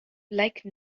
like